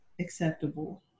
acceptable